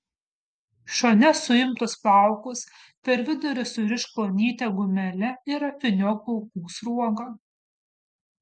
šone suimtus plaukus per vidurį surišk plonyte gumele ir apvyniok plaukų sruoga